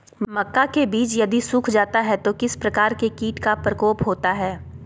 मक्का के बिज यदि सुख जाता है तो किस प्रकार के कीट का प्रकोप होता है?